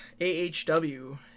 AHW